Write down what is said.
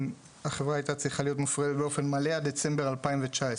החברה הייתה צריכה להיות מופרדת באופן מלא עד דצמבר 2019,